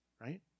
right